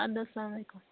اَدٕ حظ سلامُ علیکُم